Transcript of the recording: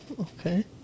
Okay